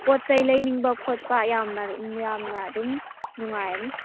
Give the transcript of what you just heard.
ꯄꯣꯠ ꯆꯩ ꯂꯩꯅꯤꯡꯕ ꯈꯣꯠꯄ ꯌꯥꯝꯅ ꯌꯥꯝꯅ ꯑꯗꯨꯝ ꯅꯨꯡꯉꯥꯏꯔꯅꯤ